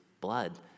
blood